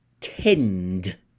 tend